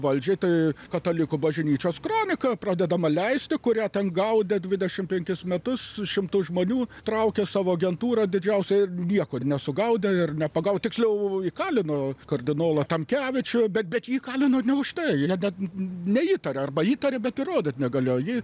valdžiai tai katalikų bažnyčios kronika pradedama leisti kurią ten gaudė dvidešimt penkis metus šimtus žmonių traukia savo agentūrą didžiausią niekur nesugaudę ir nepagauti tiksliau įkalino kardinolą tamkevičių bet bet jį įkalino ne už tai net net neįtarė arba įtarė bet įrodyt negalėjo jį